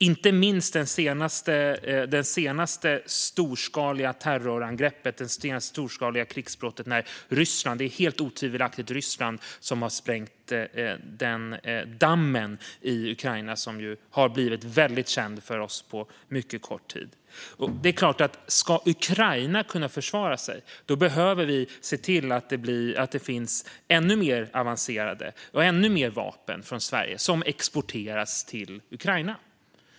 Det är utan tvivel Ryssland som står bakom det senaste storskaliga terrorangreppet, sprängningen av den damm i Ukraina som ju har blivit väldigt känd för oss på mycket kort tid. Det är klart att vi om Ukraina ska kunna försvara sig behöver se till att exportera ännu mer avancerade vapen från Sverige till Ukraina.